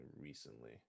recently